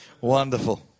Wonderful